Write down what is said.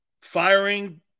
Firing